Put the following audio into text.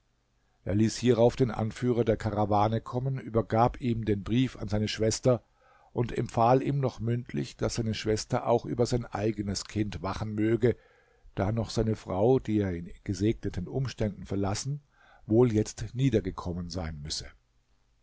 er ließ hierauf den anführer der karawane kommen übergab ihm den brief an seine schwester und empfahl ihm noch mündlich daß seine schwester auch über sein eigenes kind wachen möge da doch seine frau die er in gesegneten umständen verlassen wohl jetzt niedergekommen sein müsse